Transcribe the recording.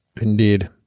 Indeed